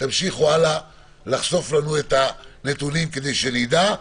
תמשיכו הלאה לחשוף לנו את הנתונים כדי שנדע,